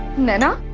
naina,